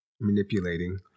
manipulating